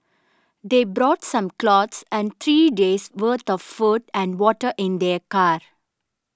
they brought some clothes and three days' worth of food and water in their car